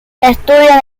estudió